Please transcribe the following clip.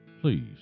Please